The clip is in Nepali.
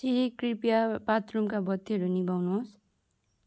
सिहि कृपया बाथरूमका बत्तीहरू निभाउनुहोस्